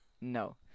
no